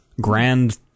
grand